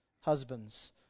Husbands